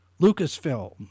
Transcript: Lucasfilm